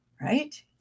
right